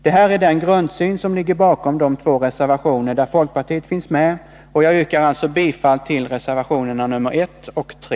Det här är den grundsyn som ligger bakom de två reservationer där folkpartiet finns med, och jag yrkar alltså bifall till reservationerna 1 och 3